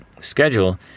schedule